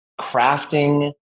crafting